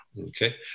okay